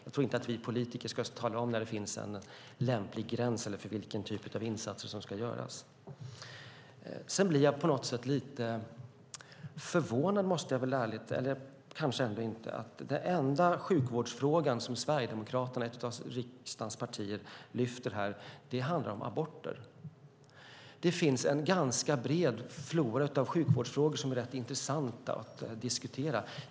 Jag tror inte att vi politiker ska tala om när det finns en lämplig gräns eller vilken typ av insatser som ska göras. Jag blir lite förvånad, eller kanske ändå inte, över att den enda sjukvårdsfråga som Sverigedemokraterna, ett av riksdagens partier, lyfter fram här handlar om aborter. Det finns en ganska bred flora av sjukvårdsfrågor som är rätt intressanta att diskutera.